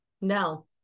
No